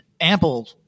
ample